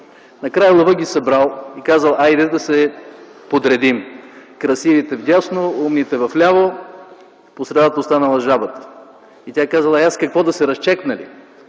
Накрая лъвът ги събрал и казал: Хайде да се подредим – красивите вдясно, умните вляво, по средата останала жабата. Тя казала: и аз какво – да се разчекна ли?”